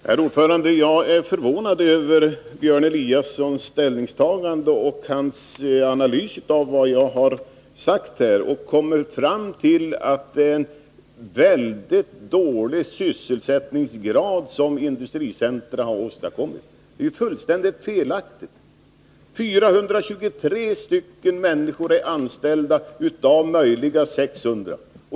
Herr talman! Jag är förvånad över Björn Eliassons ställningstagande och hans analys av vad jag har sagt, när han kommer fram till att det är en väldigt dålig sysselsättningsgrad som industricentra har åstadkommit. Det är ju fullständigt felaktigt. 423 människor är anställda av möjliga 600.